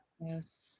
yes